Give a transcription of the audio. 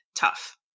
tough